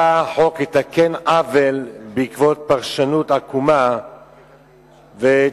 בא החוק לתקן עוול בעקבות פרשנות עקומה ותביעות